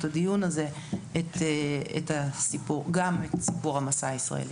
הדיון הזה גם את סיפור המסע הישראלי.